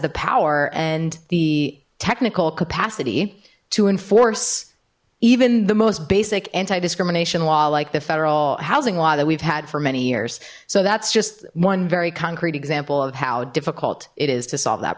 the power and the technical capacity to enforce even the most basic anti discrimination law like the federal housing law that we've had for many years so that's just one very concrete example of how difficult it is to solve that